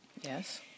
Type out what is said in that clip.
Yes